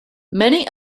many